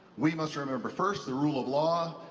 we must remember first the rule of law.